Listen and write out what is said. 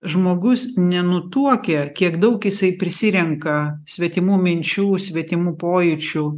žmogus nenutuokia kiek daug jisai prisirenka svetimų minčių svetimų pojūčių